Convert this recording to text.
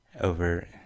over